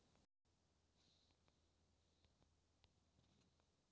मिठाई बनाये बर जेन खोवा लगथे तेहु ल दूद के बनाथे